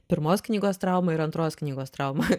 pirmos knygos trauma ir antros knygos trauma